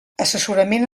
assessorament